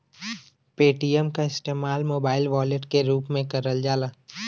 Paytm क इस्तेमाल mobile wallet के रूप में करल जाला